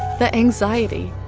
the anxiety,